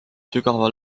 sügava